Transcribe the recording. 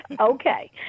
Okay